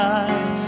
eyes